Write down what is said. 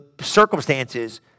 circumstances